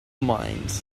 mind